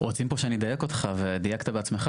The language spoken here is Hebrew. רוצים פה שאני אדייק אותך ודייקת בעצמך,